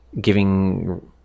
giving